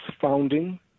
founding